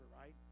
right